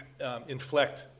inflect